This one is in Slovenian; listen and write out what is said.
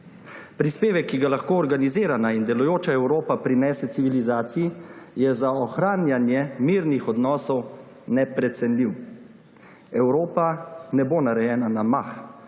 Prispevek, ki ga lahko organizirana in delujoča Evropa prinese civilizaciji, je za ohranjanje mirnih odnosov neprecenljiv. Evropa ne bo narejena na mah